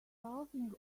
laughing